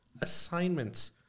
Assignments